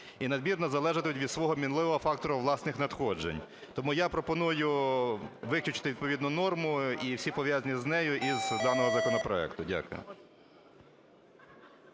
і надмірно залежатимуть від свого мінливого фактору власних надходжень. Тому я пропоную виключити відповідну норму і всі пов'язані з нею із даного законопроекту. Дякую.